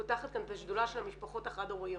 פותחת כאן את השדולה של המשפחות החד הוריות.